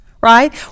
right